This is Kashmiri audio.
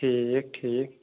ٹھیٖک ٹھیٖک